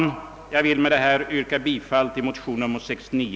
Med det anförda ber jag att få yrka bifall till motionen II: 69.